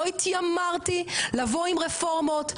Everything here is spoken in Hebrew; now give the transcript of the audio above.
לא התיימרתי לבוא עם רפורמות,